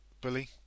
Bully